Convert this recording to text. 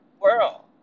world